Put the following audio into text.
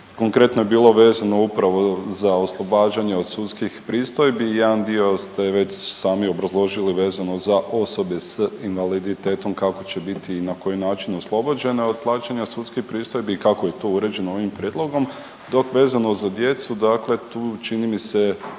konkretno je bilo vezano upravo za oslobađanje od sudskih pristojbi, jedan dio ste već sami obrazložili vezano za osobe s invaliditetom kako će biti i na koji način oslobođene od plaćanja sudskih pristojbi i kako je to uređeno ovim prijedlogom, dok vezano za djecu dakle tu čini mi se